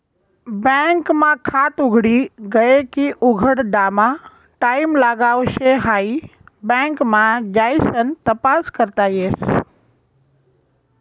bank मा खात उघडी गये की उघडामा टाईम लागाव शे हाई बँक मा जाइसन तपास करता येस